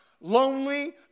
lonely